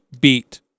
beat